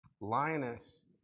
Linus